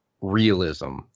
realism